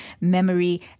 memory